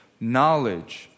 knowledge